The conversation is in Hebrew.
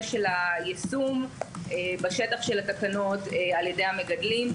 של היישום בשטח של התקנות על ידי המגדלים,